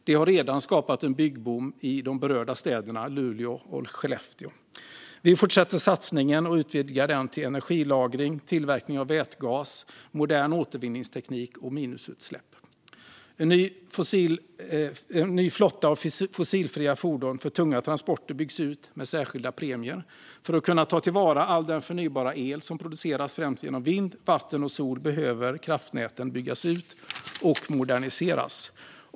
Det har redan skapat en byggboom i de berörda städerna, Luleå och Skellefteå. Vi fortsätter satsningen och utvidgar den till energilagring, tillverkning av vätgas, modern återvinningsteknik och minusutsläpp. En ny flotta av fossilfria fordon för tunga transporter byggs ut med särskilda premier. För att kunna ta till vara all den förnybara el som produceras främst genom vind, vatten och sol behöver kraftnäten byggas ut och moderniseras.